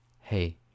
Hey